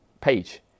page